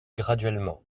graduellement